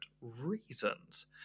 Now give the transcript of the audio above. reasons